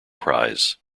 prize